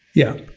yeah,